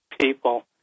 people